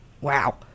wow